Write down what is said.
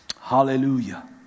Hallelujah